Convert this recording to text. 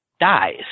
dies